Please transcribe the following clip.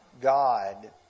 God